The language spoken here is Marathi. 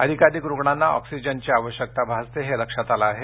अधिकाधिक रुग्णांना ऑक्सिजनची आवश्यकता आहे हे लक्षात आलं आहे